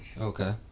Okay